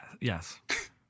Yes